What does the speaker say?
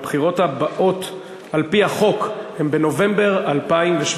הבחירות הבאות על-פי החוק הן בנובמבר 2017,